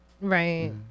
Right